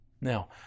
Now